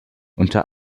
unter